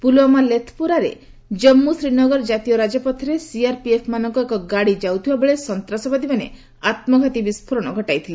ପୁଲ୍ୱାମା ଲେଥ୍ପୋରାରେ ଜନ୍ମ ଶ୍ରୀନଗର ଜାତୀୟ ରାଜପଥରେ ସିଆର୍ପିଏଫ୍ମାନଙ୍କ ଏକ ଗାଡ଼ି ଯାଉଥିବାବେଳେ ସନ୍ତ୍ରାସବାଦୀମାନେ ଆତ୍କଘାତୀ ବିଫ୍ଜୋରଣ ଘଟାଇଥିଲେ